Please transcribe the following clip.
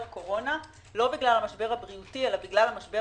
קורונה לא בגלל המשבר הבריאותי אלא בגלל המשבר